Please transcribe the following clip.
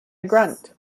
grunt